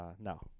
No